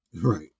Right